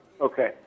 Okay